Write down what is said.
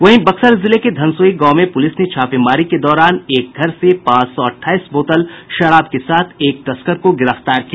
वहीं बक्सर जिले के धनसोई गांव में पुलिस ने छापेमारी के दौरान एक घर से पांच सौ अठाईस बोतल शराब के साथ एक तस्कर को गिरफ्तार किया